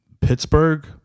Pittsburgh